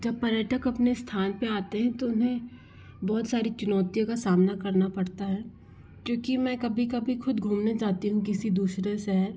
जब पर्यटक अपने स्थान पे आते हैं तो उन्हें बहुत सारी चुनौतियों का सामना करना पड़ता है क्यूँकि मैं कभी कभी खुद घूमने जाती हूँ किसी दूसरे शहर